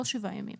לא שבעה ימים.